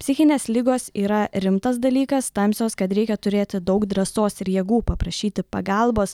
psichinės ligos yra rimtas dalykas tamsios kad reikia turėti daug drąsos ir jėgų paprašyti pagalbos